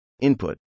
Input